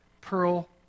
Pearl